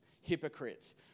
hypocrites